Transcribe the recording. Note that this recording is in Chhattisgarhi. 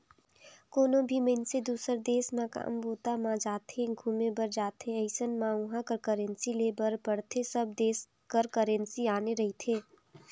कोनो भी मइनसे दुसर देस म काम बूता म जाथे, घुमे बर जाथे अइसन म उहाँ कर करेंसी लेय बर पड़थे सब देस कर करेंसी आने रहिथे